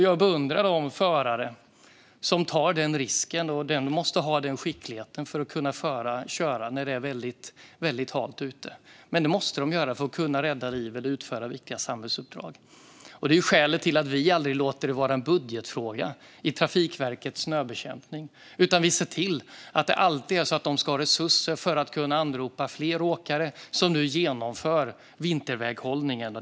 Jag beundrar de förare som tar den risken. De måste ha den skicklighet som krävs för att kunna köra när det är väldigt halt ute. De måste kunna göra detta för att kunna rädda liv eller utföra viktiga samhällsuppdrag. Detta är skälet till att vi aldrig låter detta vara en budgetfråga i Trafikverkets snöbekämpning, utan vi ser till att de alltid ska ha resurser att anropa fler åkare, som nu genomför vinterväghållningen.